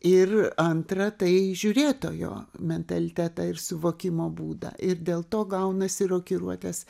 ir antra tai žiūrėtojo mentalitetą ir suvokimo būdą ir dėl to gaunasi rokiruotės